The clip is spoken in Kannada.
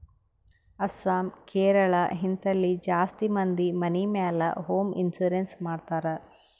ಅಸ್ಸಾಂ, ಕೇರಳ, ಹಿಂತಲ್ಲಿ ಜಾಸ್ತಿ ಮಂದಿ ಮನಿ ಮ್ಯಾಲ ಹೋಂ ಇನ್ಸೂರೆನ್ಸ್ ಮಾಡ್ತಾರ್